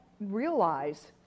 realize